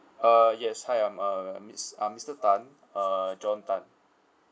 uh yes hi I'm uh mis~ uh mister tan uh john tan